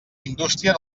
indústria